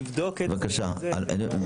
בבקשה.